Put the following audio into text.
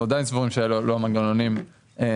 עדיין סבורים שאלה לא המנגנונים הנכונים.